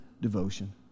devotion